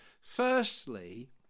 Firstly